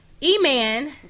E-Man